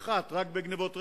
רק בגנבות רכב,